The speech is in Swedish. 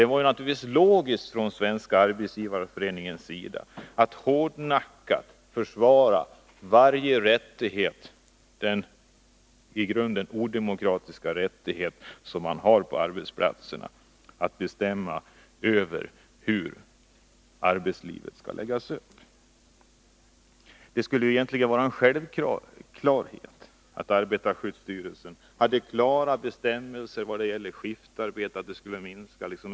Det har naturligtvis varit logiskt att från SAF hårdnackat försvara den i grunden odemokratiska ordning som råder på arbetsplatserna när det gäller att bestämma över hur arbetet skall läggas upp. Det borde egentligen vara en självklarhet att arbetarskyddsstyrelsen utfärdade klara bestämmelser beträffande skiftarbete, ensamarbete osv.